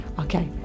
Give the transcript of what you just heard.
Okay